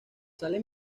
sales